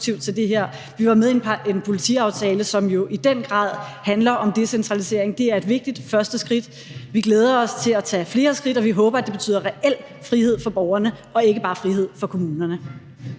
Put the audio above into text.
Vi var med i en politiaftale, som jo i den grad handler om decentralisering. Det er et vigtigt første skridt. Vi glæder os til at tage flere skridt, og vi håber, at det betyder reel frihed for borgerne og ikke bare frihed for kommunerne.